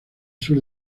sur